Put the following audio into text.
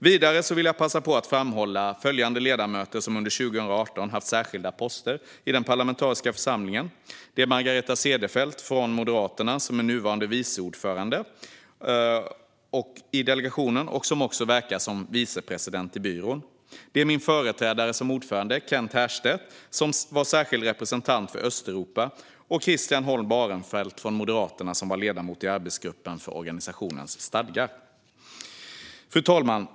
Vidare vill jag passa på att framhålla följande ledamöter som under 2018 haft särskilda poster i den parlamentariska församlingen: Margareta Cederfelt från Moderaterna, som är nuvarande vice ordförande i delegationen och som också verkar som vice president i byrån, min företrädare som ordförande, Kent Härstedt, som var särskild representant för Östeuropa, samt Christian Holm Barenfeld från Moderaterna, som var ledamot i arbetsgruppen för organisationens stadgar. Fru talman!